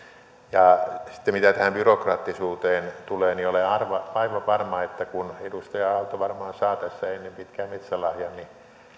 sitten mitä tähän byrokraattisuuteen tulee niin olen aivan varma että kun edustaja aalto varmaan saa tässä ennen pitkää metsälahjan niin